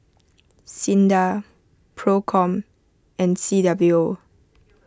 Sinda Procom and C W O